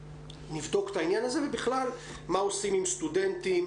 נבדוק את העניין הזה, ובכלל מה עושים עם סטודנטים.